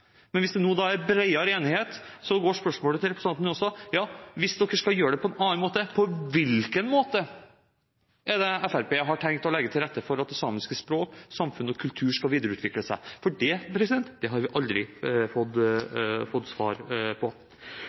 Hvis det nå er bredere enighet, går spørsmålet til representanten Njåstad: Hvis dere skal gjøre det på en annen måte, på hvilken måte har Fremskrittspartiet tenkt å legge til rette for at det samiske språket, samfunnet og den samiske kulturen skal videreutvikle seg? Det har vi aldri fått svar på.